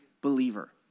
believer